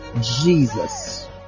Jesus